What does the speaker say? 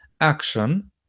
action